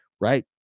right